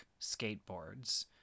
skateboards